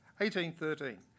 1813